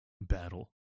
battle